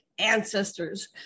Ancestors